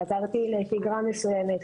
חזרתי לשגרה מסוימת,